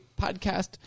podcast